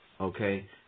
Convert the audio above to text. okay